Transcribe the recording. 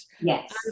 Yes